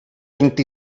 vint